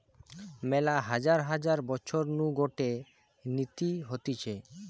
মেলা হাজার হাজার বছর নু গটে নীতি হতিছে